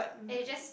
and it's just